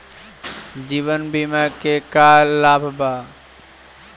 जीवन बीमा के का लाभ बा?